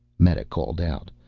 meta called out,